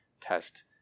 test